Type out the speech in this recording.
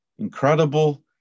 incredible